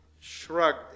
shrugged